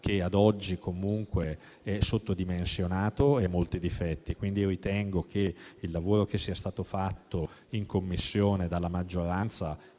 che ad oggi comunque è sottodimensionato e ha molti difetti. Ritengo che il lavoro che è stato fatto in Commissione dalla maggioranza,